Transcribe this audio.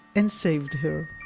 and saved her.